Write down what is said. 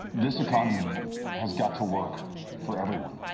this economy has got to work for everyone,